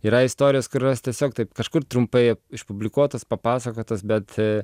yra istorijos kurios tiesiog taip kažkur trumpai išpublikuotos papasakotos bet